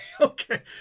Okay